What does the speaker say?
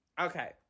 Okay